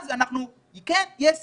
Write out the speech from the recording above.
אז, כן, יש סיכון,